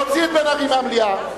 להוציא את בן-ארי מהמליאה.